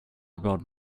about